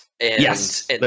Yes